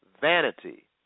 vanity